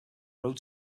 road